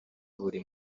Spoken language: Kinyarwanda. buri